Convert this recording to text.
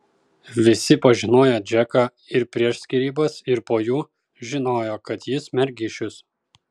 visi pažinoję džeką ir prieš skyrybas ir po jų žinojo kad jis mergišius